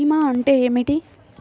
భీమా అంటే ఏమిటి?